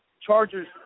Chargers